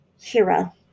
hero